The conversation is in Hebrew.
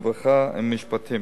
הרווחה והמשפטים.